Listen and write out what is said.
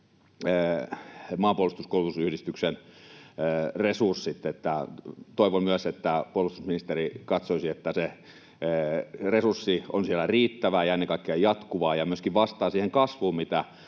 Maanpuolustuskoulutusyhdistyksen resurssit. Toivon myös, että puolustusministeri katsoisi, että se resurssi on siellä riittävää ja ennen kaikkea jatkuvaa ja myöskin vastaa siihen kasvuun,